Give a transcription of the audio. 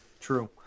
True